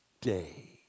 day